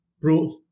proof